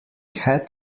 had